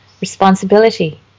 responsibility